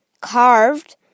carved